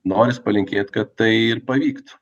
noris palinkėt kad tai ir pavyktų